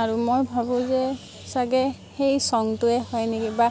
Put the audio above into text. আৰু মই ভাবোঁ যে সেই ছংটোৱে হয় নেকি বা